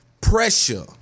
pressure